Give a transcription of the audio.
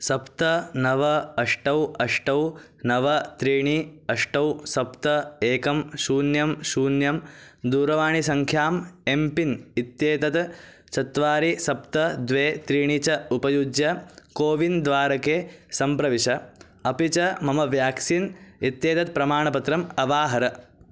सप्त नव अष्टौ अष्टौ नव त्रीणि अष्टौ सप्त एकं शून्यं शून्यं दूरवाणीसङ्ख्याम् एम्पिन् इत्येतद् चत्वारि सप्त द्वे त्रीणि च उपयुज्य कोविन् द्वारके सम्प्रविश अपि च मम व्याक्सीन् इत्येतत् प्रमाणपत्रम् अवाहर